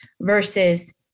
versus